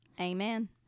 Amen